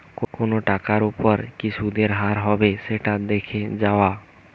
কোনো টাকার ওপর কি সুধের হার হবে সেটা দেখে যাওয়া